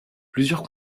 plusieurs